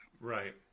Right